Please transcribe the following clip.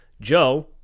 Joe